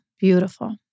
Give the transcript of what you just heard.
Beautiful